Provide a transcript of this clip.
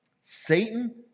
Satan